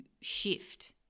shift